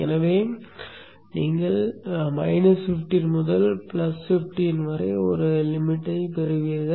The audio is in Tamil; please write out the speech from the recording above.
எனவே நீங்கள் 15 முதல் 15 வரை வரம்பை பெறும்